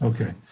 Okay